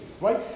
right